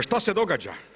Šta se događa?